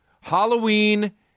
Halloween